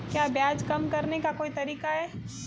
क्या ब्याज कम करने का कोई तरीका है?